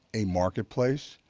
a marketplace,